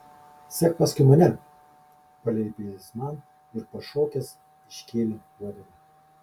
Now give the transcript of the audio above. sek paskui mane paliepė jis man ir pašokęs iškėlė uodegą